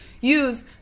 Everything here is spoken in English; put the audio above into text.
use